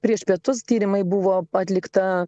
prieš pietus tyrimai buvo atlikta